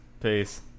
Peace